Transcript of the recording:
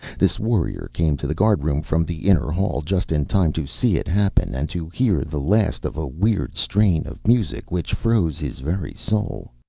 this warrior came to the guardroom from the inner hall just in time to see it happen and to hear the last of a weird strain of music which froze his very soul.